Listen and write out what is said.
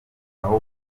aho